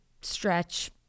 stretch